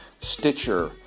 Stitcher